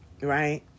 right